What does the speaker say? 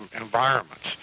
environments